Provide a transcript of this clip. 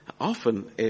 Often